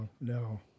No